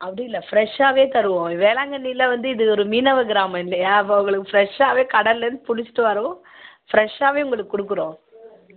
அப்படி இல்லை ஃப்ரெஷ்ஷாகவே தருவோம் வேளாங்கண்ணியில் வந்து இது ஒரு மீனவர் கிராமம் இல்லையா அப்போ உங்களுக்கு ஃப்ரெஷ்ஷாகவே கடல்லேருந்து பிடிச்சிட்டு வரவும் ஃப்ரெஷ்ஷாகவே உங்களுக்கு கொடுக்குறோம்